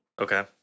Okay